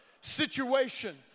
situation